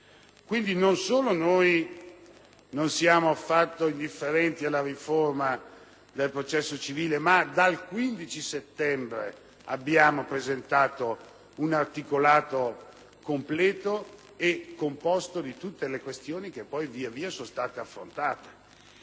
non solo non siamo affatto indifferenti alla riforma del processo civile, ma dal 15 settembre abbiamo presentato un articolato completo, composto di tutte le questioni che poi, via via, sono state affrontate